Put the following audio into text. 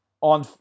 on